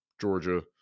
Georgia